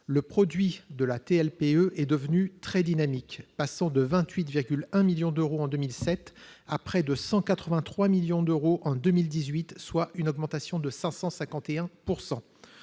Le produit de la TLPE est devenu très dynamique, passant de 28,1 millions d'euros en 2007 à près de 183 millions d'euros en 2018, soit une augmentation de 551 %.